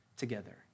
together